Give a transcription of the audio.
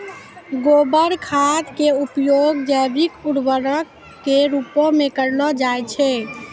गोबर खाद के उपयोग जैविक उर्वरक के रुपो मे करलो जाय छै